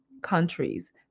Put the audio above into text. countries